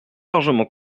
largement